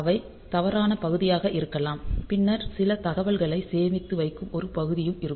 அவை தவறான பகுதியாக இருக்கலாம் பின்னர் சில தகவல்களைச் சேமித்து வைக்கும் ஒரு பகுதியும் இருக்கும்